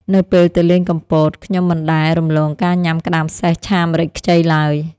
នៅពេលទៅលេងកំពត ខ្ញុំមិនដែលរំលងការញ៉ាំក្តាមសេះឆាម្រេចខ្ចីឡើយ។